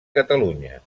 catalunya